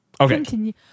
Okay